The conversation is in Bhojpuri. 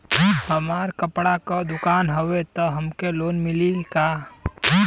हमार कपड़ा क दुकान हउवे त हमके लोन मिली का?